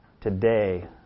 Today